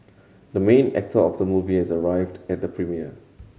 the main actor of the movie has arrived at the premiere